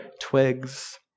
twigs